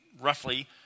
roughly